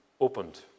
opened